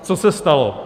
Co se stalo?